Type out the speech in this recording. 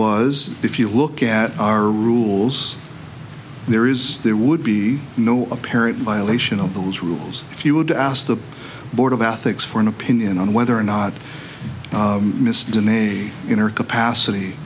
was if you look at our rules there is there would be no apparent violation of those rules if you would ask the board of ethics for an opinion on whether or not mr ne in her capacity